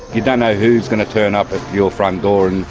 you don't know who's going to turn up at your front door and,